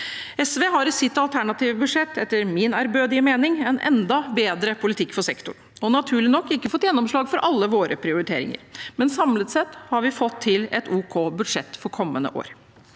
SV har i sitt alternative budsjett, etter min ærbødige mening, en enda bedre politikk for sektoren. Vi har naturlig nok ikke fått gjennomslag for alle våre prioriteringer, men samlet sett har vi fått til et ok budsjett for kommende år.